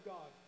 God